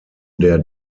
der